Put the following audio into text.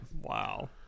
Wow